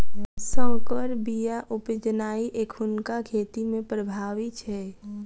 सँकर बीया उपजेनाइ एखुनका खेती मे प्रभावी छै